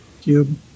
Cube